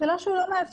זה לא שהוא לא מאפשר.